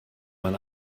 man